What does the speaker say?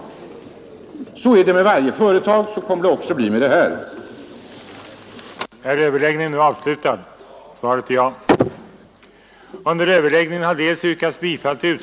Så är det med varje företag, där staten lierat sig med storkapitalet, och så kommer det att bli också med det företag det nu är fråga om.